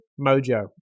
Mojo